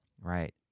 right